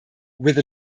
with